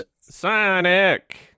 Sonic